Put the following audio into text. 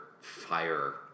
fire